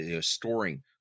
storing